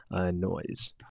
noise